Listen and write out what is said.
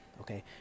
okay